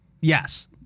Yes